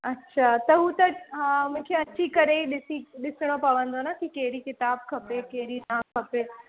अच्छा त हू त हा मूंखे अची करे ई ॾिसी ॾिसिणो पवंदो न कि कहिड़ी किताबु खपे कहिड़ी न खपे